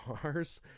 cars